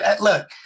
look